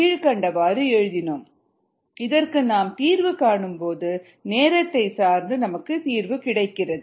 ddt kdxv இதற்கு நாம் தீர்வு காணும் பொழுது நேரத்தை சார்ந்து கிடைக்கிறது